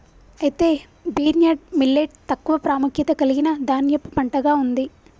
అయితే barnyard millet తక్కువ ప్రాముఖ్యత కలిగిన ధాన్యపు పంటగా ఉంది